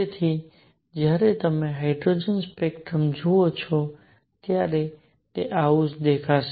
તેથી જ્યારે તમે હાઇડ્રોજન સ્પેક્ટ્રમ જુઓ છો ત્યારે તે આવું જ દેખાશે